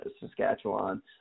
Saskatchewan